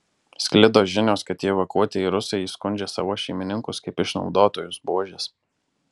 sklido žinios kad tie evakuotieji rusai įskundžia savo šeimininkus kaip išnaudotojus buožes